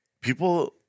people